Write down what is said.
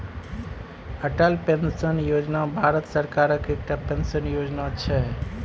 Atal pension योजना भारत सरकारक एकटा पेंशन योजना छै